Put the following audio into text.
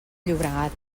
llobregat